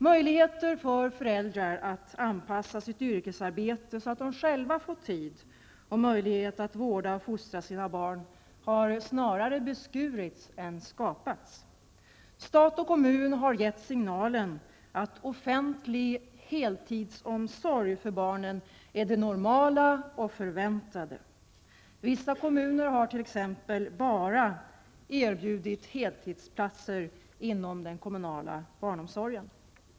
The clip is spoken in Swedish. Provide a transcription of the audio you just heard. Möjligheter för föräldrar att anpassa sitt yrkesarbete så att de själva fått tid och möjlighet att vårda och fostra sina barn har snarast beskurits än skapats. Stat och kommun har gett signalen att offentlig heltidsomsorg för barnen är det normala och förväntade. Vissa kommuner har t.ex. bara erbjudit heltidsplatser inom den kommunala barnomsorgen.